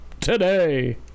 today